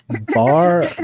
bar